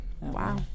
wow